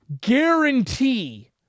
guarantee